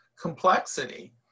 complexity